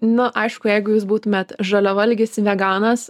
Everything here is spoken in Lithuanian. nu aišku jeigu jūs būtumėt žaliavalgis veganas